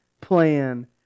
plan